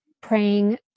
praying